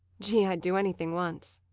gee, i'd do anything once.